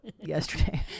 yesterday